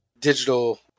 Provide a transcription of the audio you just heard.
digital